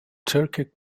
turkic